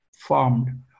Formed